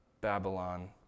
Babylon